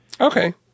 Okay